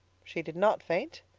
she did not faint,